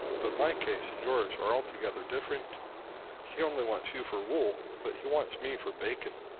but my case and yours are altogether different he only wants you for wool, but he wants me for bacon.